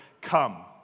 come